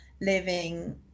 living